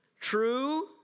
true